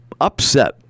upset